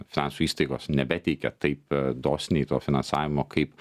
finansų įstaigos nebeteikia taip dosniai to finansavimo kaip